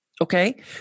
okay